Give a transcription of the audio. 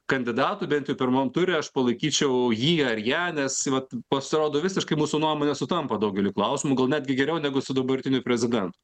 kandidatų bent jau pirmam ture aš palaikyčiau jį ar ją nes vat pasirodo visiškai mūsų nuomonės sutampa daugeliui klausimų gal netgi geriau negu su dabartiniu prezidentu